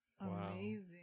Amazing